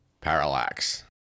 Parallax